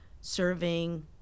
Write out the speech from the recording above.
serving